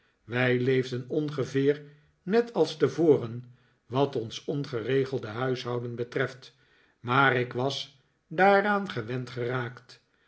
wij leefden ongeveer net als tevoren wat ons ongeregelde huishouden betreft maar ik was daaraan gewend geraakt